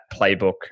playbook